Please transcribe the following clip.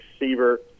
receiver